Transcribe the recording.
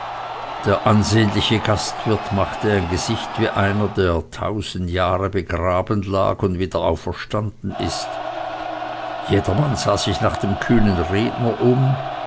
der ansehnliche gastwirt machte ein gesicht wie einer der tausend jahre begraben lag und wieder auferstanden ist jedermann sah sich nach dem kühnen redner um